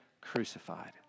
crucified